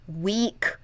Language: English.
weak